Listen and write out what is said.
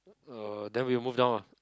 uh then we move down ah